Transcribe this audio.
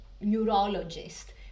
neurologist